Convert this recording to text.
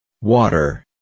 water